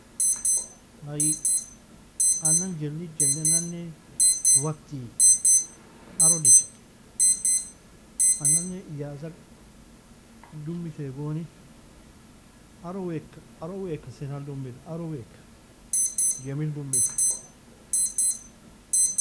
Ay anan jellig jelle nane waktie, aro dije. Anane ijazak duemi kaigoni, aro weake, aro weak senal duemir, aro weak gemil doemir.